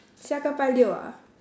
下个拜六啊